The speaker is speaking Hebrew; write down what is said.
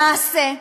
למעשה,